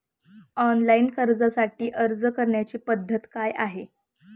Online कर्जासाठी अर्ज करण्याची पद्धत काय आहे?